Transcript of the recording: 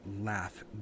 laugh